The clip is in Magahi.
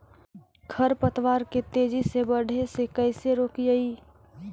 खर पतवार के तेजी से बढ़े से कैसे रोकिअइ?